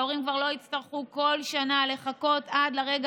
ההורים כבר לא יצטרכו כל שנה לחכות עד לרגע